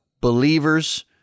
believers